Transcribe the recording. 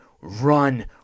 Run